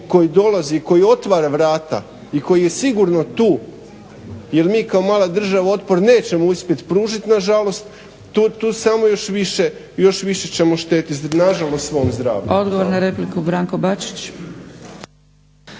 koji dolazi i koji otvara vrata i koji je sigurno tu jer mi kao mala država otpor nećemo uspjeti pružiti nažalost tu samo još više ćemo štetiti nažalost svom zdravlju.